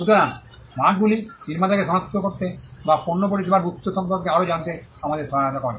সুতরাং মার্কগুলি নির্মাতাকে সনাক্ত করতে বা পণ্য এবং পরিষেবার উত্স সম্পর্কে আরও জানতে আমাদের সহায়তা করে